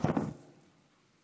קודם כול, אני